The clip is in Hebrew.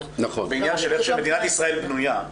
בעניין של איך שמדינת ישראל בנויה,